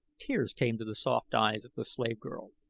tears came to the soft eyes of the slave girl.